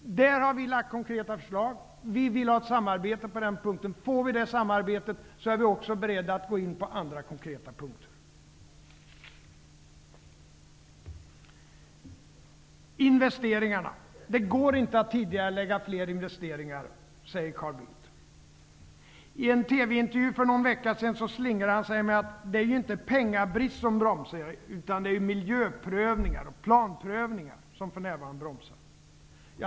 Vi har lagt fram konkreta förslag i detta sammanhang. Vi vill ha ett samarbete på den punkten. Om vi får det samarbetet, är vi också beredda att gå in på andra konkreta punkter. Carl Bildt säger att det inte går att tidigarelägga fler investeringar. I en TV-intervju för någon vecka sedan slingrade han sig genom att säga att det inte är pengabrist som bromsar, utan det är miljöprövningar och planprövningar som för närvarande bromsar.